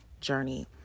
journey